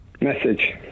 Message